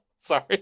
Sorry